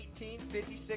1856